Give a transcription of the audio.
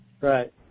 Right